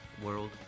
world